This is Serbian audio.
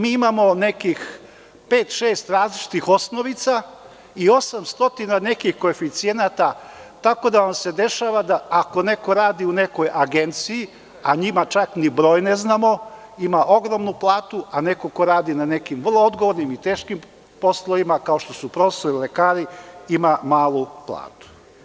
Mi imamo nekih pet, šest različitih osnovica i 800 nekih koeficijenata, tako da se dešava da ako neko radi u nekoj agenciji, a njima čak ni broj ne znamo, ima ogromnu platu a neko ko radi na nekim vrlo odgovornim i teškim poslovima, kao što su profesori, lekari, ima malu platu.